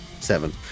Seven